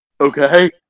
Okay